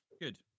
Good